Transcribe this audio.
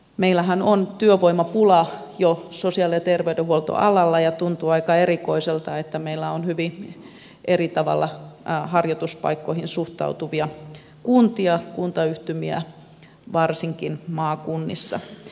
meillähän on työvoimapula jo sosiaali ja terveydenhuoltoalalla ja tuntuu aika erikoiselta että meillä on hyvin eri tavalla harjoituspaikkoihin suhtautuvia kuntia kuntayhtymiä varsinkin maakunnissa